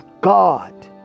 God